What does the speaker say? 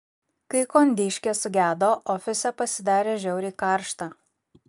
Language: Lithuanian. kai kondiškė sugedo ofise pasidarė žiauriai karšta